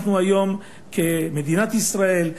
למדינת ישראל,